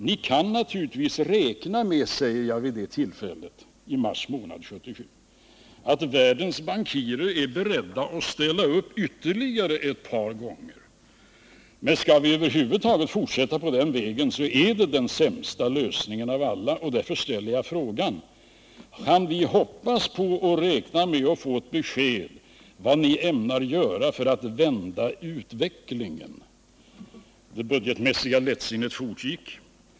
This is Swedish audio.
———-— Ni kan naturligtvis räkna med ”- sade jag vid det tillfället i mars månad 1977 — ”att världens bankirer är beredda att ställa upp ytterligare ett par gånger Jag sade också att om vi över huvud taget skulle fortsätta på den inslagna vägen, så var utlandsupplåning den sämsta lösningen av alla. Jag frågade därför Gösta Bohman om vi kunde hoppas på och räkna med att få ett besked om vad regeringen ämnade göra för att vända utvecklingen. Detta sades för tre och ett halvt år sedan. Men det budgetmässiga lättsinnet fortgick.